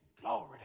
glory